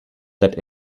that